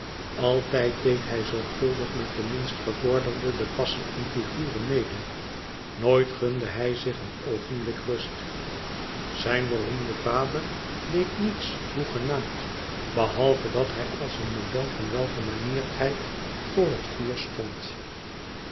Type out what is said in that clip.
altijd deed hij zorgvuldig met de minst gevorderde de passen en figuren mede nooit gunde hij zich een oogenblik rust zijn beroemde vader deed niets hoegenaamd behalve dat hij als oen model van welgemanierdheid voor het vuur stond